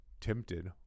tempted